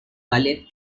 ballet